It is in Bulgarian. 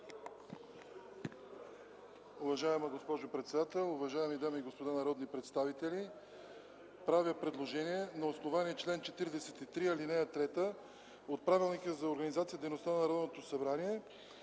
Уважаема госпожо председател, уважаеми дами и господа народни представители! Правя предложение на основание чл. 43, ал. 3 от Правилника за